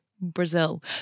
Brazil